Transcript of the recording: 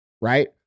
right